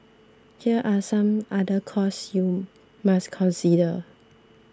here are some other costs you must consider